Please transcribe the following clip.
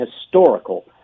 historical